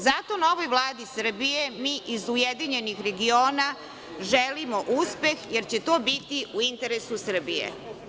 Zato novoj Vladi Srbije, mi iz URS, želimo uspeh jer će to biti u interesu Srbije.